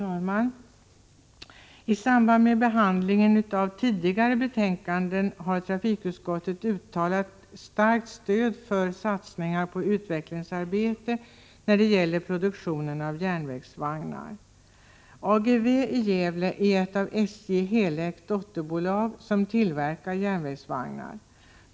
Fru talman! I samband med behandlingen av tidigare betänkanden har trafikutskottet uttalat starkt stöd för satsningar på utvecklingsarbete när det gäller produktionen av järnvägsvagnar. AGEVE i Gävle är ett av SJ helägt dotterbolag som tillverkar järnvägsvagnar.